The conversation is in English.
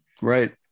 right